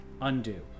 undo